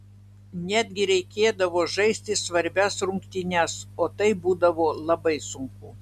netgi reikėdavo žaisti svarbias rungtynes o tai būdavo labai sunku